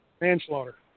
Manslaughter